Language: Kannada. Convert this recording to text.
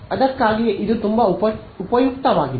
ಅದಕ್ಕಾಗಿಯೇ ಇದು ತುಂಬಾ ಉಪಯುಕ್ತವಾಗಿದೆ